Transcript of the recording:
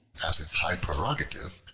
as its high prerogative,